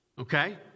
Okay